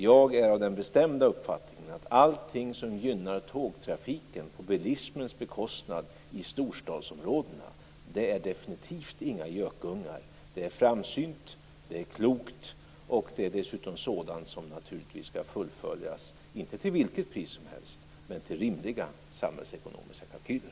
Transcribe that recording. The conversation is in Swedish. Jag är av den bestämda uppfattningen att allting som gynnar tågtrafiken på bilismens bekostnad i storstadsområdena definitivt inte är några gökungar. Det är framsynt. Det är klokt. Det är naturligtvis sådant som skall fullföljas. Det skall inte ske till vilket pris som helst, men med rimliga samhällsekonomiska kalkyler.